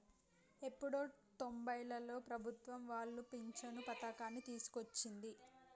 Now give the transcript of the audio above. ఎప్పుడో తొంబైలలో ప్రభుత్వం వాళ్లు పించను పథకాన్ని తీసుకొచ్చింది